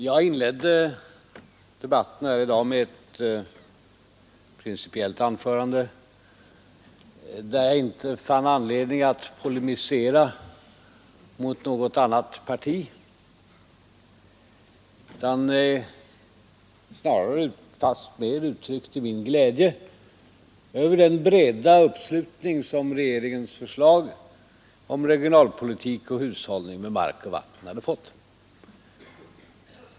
Jag inledde debatten här i dag med ett principiellt anförande där jag inte fann anledning att polemisera mot något annat parti utan snarare fast mer uttryckte min glädje över den breda uppslutning som regeringens förslag om regionalpolitik och hushållning med mark och vatten hade fått.